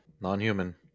non-human